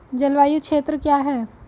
जलवायु क्षेत्र क्या है?